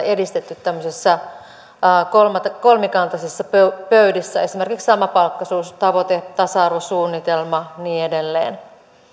edistetty tämmöisissä kolmikantaisissa pöydissä esimerkiksi samapalkkaisuustavoite tasa arvosuunnitelma ja niin edelleen